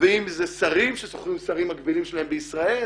ואם זה שרים ששוחחו עם שרים מקבילים שלהם בישראל.